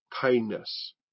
kindness